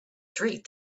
streak